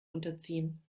unterziehen